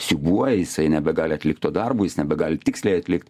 siūbuoja jisai nebegali atlikt to darbo jis nebegali tiksliai atlikt